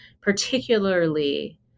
particularly